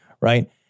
right